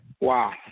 Wow